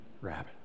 rabbit